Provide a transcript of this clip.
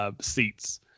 Seats